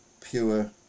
pure